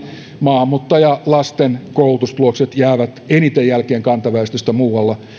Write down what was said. maahanmuuttajalasten koulutustulokset jäävät eniten jälkeen kantaväestöstä